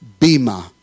bima